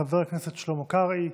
חבר הכנסת שלמה קרעי,